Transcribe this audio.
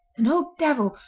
an old devil,